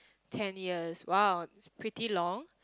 ten years !wow! it's pretty long